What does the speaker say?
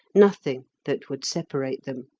nothing that would separate them.